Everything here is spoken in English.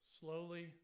slowly